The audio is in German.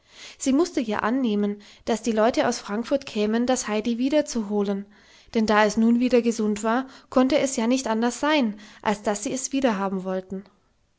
sie mußte ja annehmen daß die leute aus frankfurt kämen das heidi wiederzuholen denn da es nun wieder gesund war konnte es ja nicht anders sein als daß sie es wiederhaben wollten